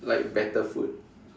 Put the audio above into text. like better food